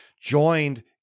joined